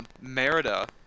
Merida